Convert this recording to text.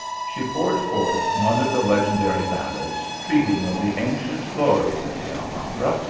she poured forth one of the legendary ballads treating of the ancient glo ries of the alhambra.